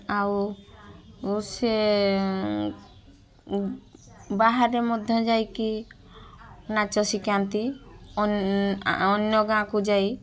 ଆଉ ସେ ବାହାରେ ମଧ୍ୟ ଯାଇକି ନାଚ ଶିଖାନ୍ତି ଅନ୍ୟ ଗାଁକୁ ଯାଇ